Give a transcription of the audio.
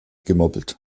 gemoppelt